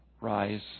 rise